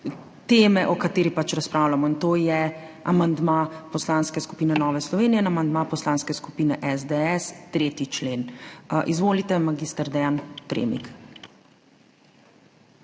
teme, o kateri pač razpravljamo, to je amandma Poslanske skupine Nova Slovenija in amandma Poslanske skupine SDS, 3. člen. Izvolite, mag. Dean Premik.